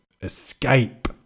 escape